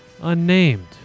unnamed